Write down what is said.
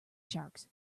sharks